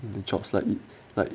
in the jobs like it like